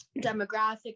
demographic